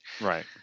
Right